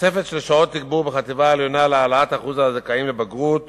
תוספת של שעות תגבור בחטיבה העליונה להעלאת שיעור הזכאים בבגרות